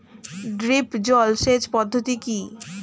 Drip জল সেচ পদ্ধতি কি?